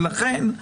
ולכן,